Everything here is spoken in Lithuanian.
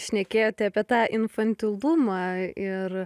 šnekėjote apie tą infantilumą ir